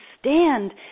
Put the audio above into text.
stand